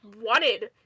wanted